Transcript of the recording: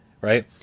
right